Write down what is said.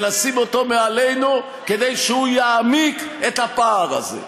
ונשים אותו מעלינו כדי שהוא יעמיק את הפער הזה.